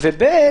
דבר שני,